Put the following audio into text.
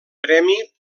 premi